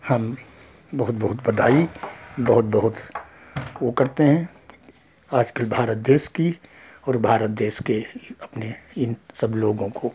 हम बहुत बहुत बधाई बहुत बहुत वह करते हैं आज के भारत देश की और भारत देश के अपने इन सब लोगों को